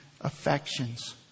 affections